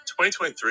2023